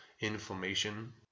inflammation